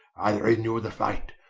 renew the fight,